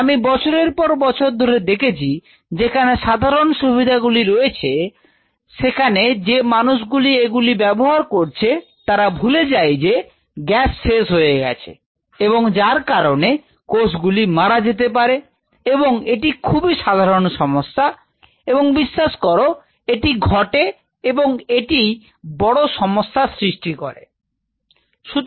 আমি বছরের পর বছর ধরে দেখেছি যেখানে সাধারন সুবিধাগুলি রয়েছে সেখানে যে মানুষগুলি এগুলি ব্যবহার করছে তারা ভুলে যায় যে গ্যাস শেষ হয়ে গেছে এবং যার কারণে কোষ গুলি মারা যেতে পারে এবং এটি একটি খুবই সাধারণ সমস্যা এবং বিশ্বাস করো এটি ঘটে এবং এটি বড় সমস্যার সৃষ্টি করে Refer Time 1948